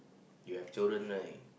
you have children right